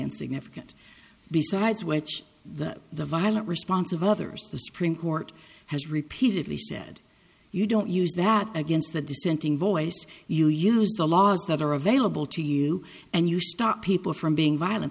insignificant besides which the the violent response of others the supreme court has repeatedly said you don't use that against the dissenting voice you use the laws that are available to you and you start people from being violent